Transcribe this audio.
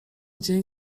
dzień